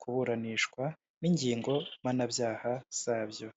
kuburanishwa n'ingingo mpanabyaha zabyo.